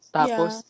tapos